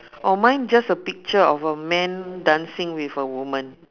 oh mine just a picture of a man dancing with a woman